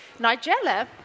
Nigella